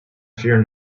fear